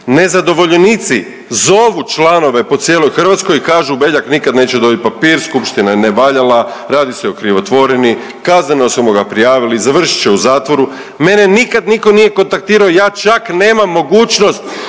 nezadovoljenici zovu članove po cijeloj Hrvatskoj i kažu, Beljak nikad neće dobit papir, skupština je nevaljala, radi se o krivotvoriti, kazneno smo ga prijavili, završit će u zatvoru, mene nikad nitko nije kontaktirao, ja čak nemam mogućnost